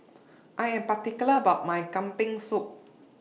I Am particular about My Kambing Soup